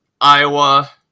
Iowa